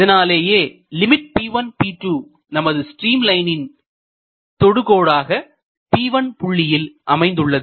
இதனாலேயே limit P1P2 நமது stream stream லைனின் தொடு கோடாக P1 புள்ளியில் அமைந்துள்ளது